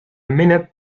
minute